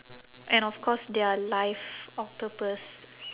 and of course their live octopus